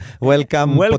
Welcome